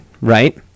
right